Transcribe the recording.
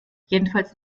jedenfalls